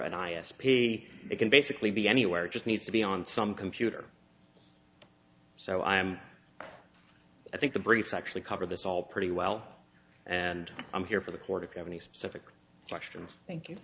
and i s p it can basically be anywhere just needs to be on some computer so i am i think the brief actually covered this all pretty well and i'm here for the court if you have any specific questions thank